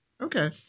okay